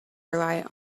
rely